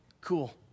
cool